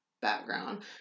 background